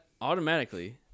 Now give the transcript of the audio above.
automatically